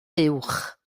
uwch